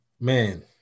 man